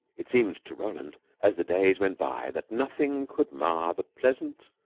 it seemed to roland, as the days went by, that nothing could mar the pleasant,